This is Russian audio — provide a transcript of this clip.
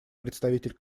представитель